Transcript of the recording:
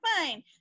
fine